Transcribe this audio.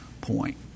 point